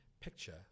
picture